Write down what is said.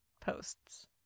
posts